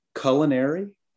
culinary